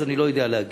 אז אני לא יודע להגיד.